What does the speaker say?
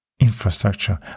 infrastructure